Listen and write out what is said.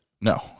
No